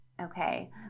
okay